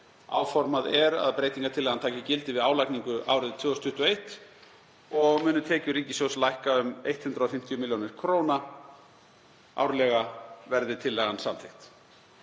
Áformað er að breytingartillagan taki gildi við álagningu árið 2021 og munu tekjur ríkissjóðs lækka um 150 millj. kr. árlega verði tillagan samþykkt.